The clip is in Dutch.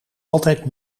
altijd